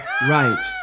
Right